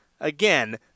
Again